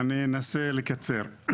אני אנסה לקצר.